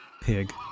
pig